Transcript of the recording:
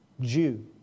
Jew